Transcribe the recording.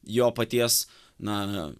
jo paties na